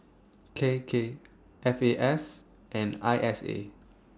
K K F A S and I S A